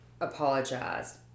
apologized